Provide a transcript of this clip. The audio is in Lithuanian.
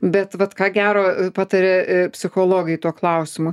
bet vat ką gero pataria psichologai tuo klausimu